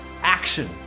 action